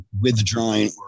withdrawing